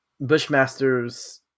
Bushmaster's